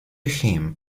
him